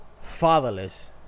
fatherless